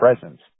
presence